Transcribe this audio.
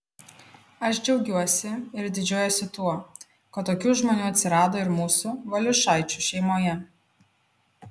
aš džiaugiuosi ir didžiuojuosi tuo kad tokių žmonių atsirado ir mūsų valiušaičių šeimoje